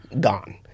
Gone